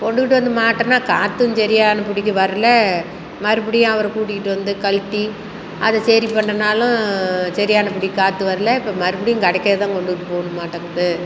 கொண்டுக்கிட்டு வந்து மாட்டினா காற்றும் சரியான படிக்கி வரல மறுபடியும் அவரை கூட்டிக்கிட்டு வந்து கழட்டி அதை சரி பண்ணுனாலும் சரியானபடி காற்று வரல இப்போ மறுபடியும் கடைக்கேதான் கொண்டுக்கிட்டு போகணுமாட்டங்குது